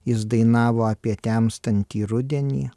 jis dainavo apie temstantį rudenį